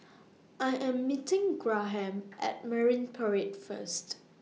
I Am meeting Graham At Marine Parade First